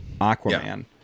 aquaman